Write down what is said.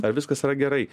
ar viskas yra gerai